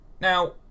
Now